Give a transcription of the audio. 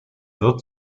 wird